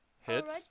Hits